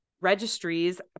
registries